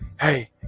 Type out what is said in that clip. Hey